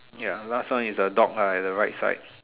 ya last one is a dog ah at the right side